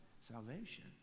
salvation